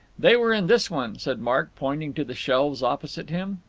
they were in this one, said mark, pointing to the shelves opposite him.